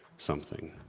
something.